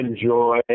enjoy